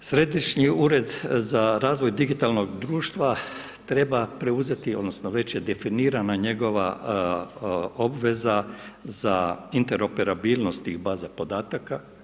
Središnji ured za razvoj digitalnog društva treba preuzeti, odnosno već je definirana njegova obveza za interoperabilnost tih baza podataka.